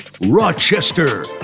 Rochester